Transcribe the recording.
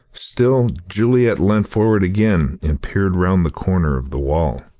still, juliet leant forward again, and peered round the corner of the wall.